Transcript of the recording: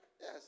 Yes